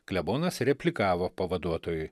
klebonas replikavo pavaduotojui